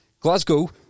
Glasgow